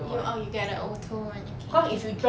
you oh you get a auto one then 可以